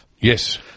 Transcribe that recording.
Yes